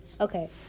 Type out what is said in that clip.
Okay